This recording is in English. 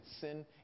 sin